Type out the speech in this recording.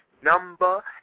number